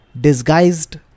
disguised